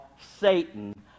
Satan